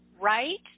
right